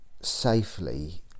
safely